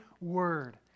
Word